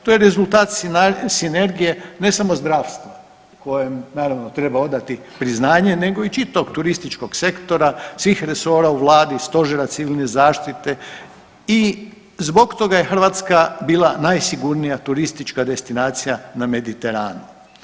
To je rezultat sinergije ne samo zdravstva kojem naravno treba odati priznanje, nego i čitavog turističkog sektora, svih resora u Vladi, Stožera civilne zaštite i zbog toga je Hrvatska bila najsigurnija turistička destinacija na Mediteranu.